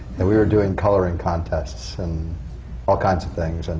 and we were doing coloring contests and all kinds of things. and